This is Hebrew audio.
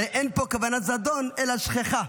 הרי אין פה כוונת זדון אלא שכחה.